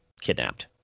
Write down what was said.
kidnapped